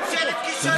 אתם ממשלת כישלון,